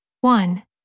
One